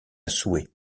souhait